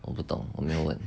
我不懂我没有问